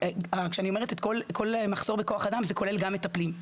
זה כולל גם מטפלים.